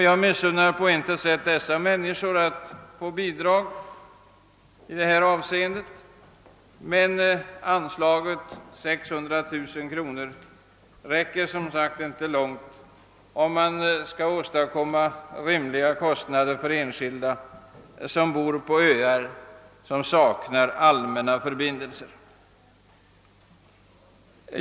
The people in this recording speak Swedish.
Jag missunnar på intet sätt dessa människor att få bidrag, men anslaget 600 000 kronor räcker inte långt om man skall försöka nedbringa kostnaderna så att de blir rimliga för enskilda som bor på öar vilka saknar allmänna förbindelser.